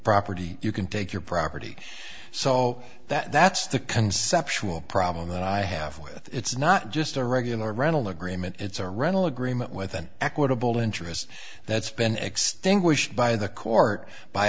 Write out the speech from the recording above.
property you can take your property so that's the conceptual problem that i have with it's not just a regular rental agreement it's a rental agreement with an equitable interest that's been extinguished by the court by